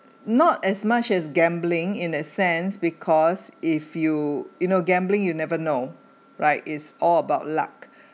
not as much as gambling in a sense because if you you know gambling you never know right is all about luck